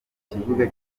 kibuga